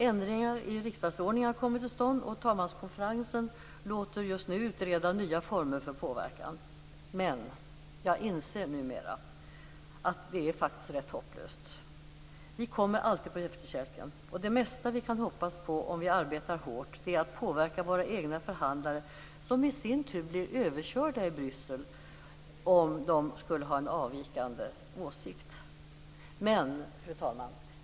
Ändringar i riksdagsordningen har kommit till stånd, och talmanskonferensen låter just nu utreda nya former för påverkan. Men jag inser numera att det faktiskt är rätt hopplöst. Vi kommer alltid på efterkälken. Det mesta som vi kan hoppas på om vi arbetar hårt är att påverka våra egna förhandlare, som i sin tur blir överkörda i Bryssel om de skulle ha en avvikande åsikt. Fru talman!